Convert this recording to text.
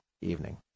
evening